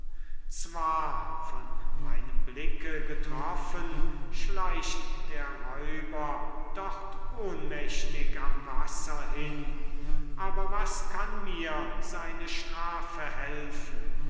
zwar von meinem blicke getroffen schleicht der räuber dort ohnmächtig am wasser hin aber was kann mir seine strafe helfen